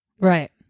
Right